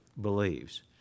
believes